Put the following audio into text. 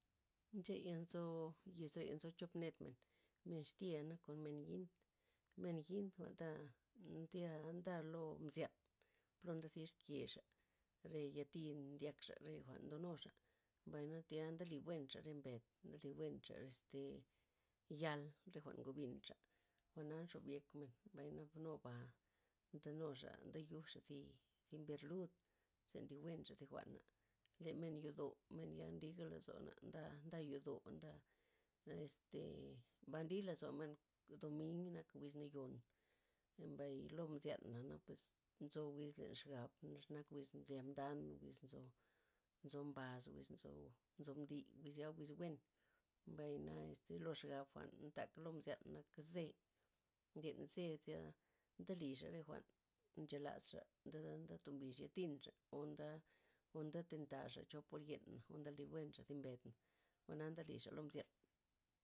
Ncheya' nzo yesreya' nzo chop ned men, men xtyana' nakon men yint, men yint jwa'nta' ndya, nda lo mzyan' ploo ndezix kexa', re yati ndyakxa' re jwa'n ndonuxa', mbay natia ndeli buenxa' re mbed, ndeli buenxa' este yal', re jwa'n ngubinxa', jwa'na nxob yekmen mbay na nuba', ndenuxa ndeyujxa' zi zi mber lud ze ndibuenxa thi jwa'na, le men yodo' menya' nliga' lozon nda- nda yodo' nda este ba' nli lozomen doming nak wiz nayon, mbay lo mzyana' napues nzo wiz len xabg xa nak wiz ndlia mban, wiz nzo- nzo mbas, wiz nzo nzo mdi', wizya' wiz buen, mbay na este lo xab jwa'n ntak lo mzyan nak zee', ndyan zee'zya' ndele re jwa'n nchalasxa', nn- nn- ndatombixa' yatinxa' o nda o nda tentaxa' chop or yena' o ndeleli buenxa' thi mbedna' jwa'na ndelixa' lo mzyan.